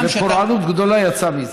ופורענות גדולה יצאה מזה.